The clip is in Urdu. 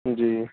جی